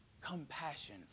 compassion